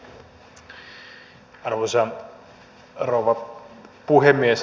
arvoisa rouva puhemies